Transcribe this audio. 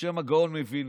בשם הגאון מווילנה.